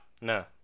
No